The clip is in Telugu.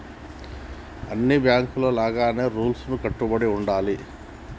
అన్ని బాంకుల లాగానే రూల్స్ కు కట్టుబడి ఉండాలి